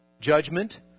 Judgment